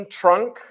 trunk